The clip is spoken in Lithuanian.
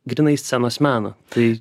grynai scenos meno tai